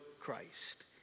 Christ